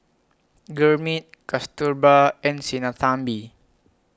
Gurmeet Kasturba and Sinnathamby